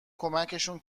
کمکشون